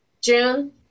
June